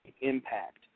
Impact